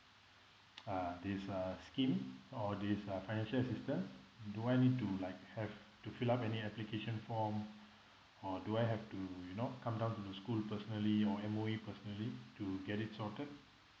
uh this uh scheme or this uh financial assistance do I need to like have to fill up any application form or do I have to you know come down to the school personally or M_O_E personally to get it sorted